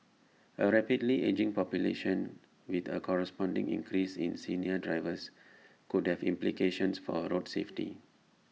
A rapidly ageing population with A corresponding increase in senior drivers could have implications for road safety